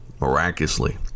miraculously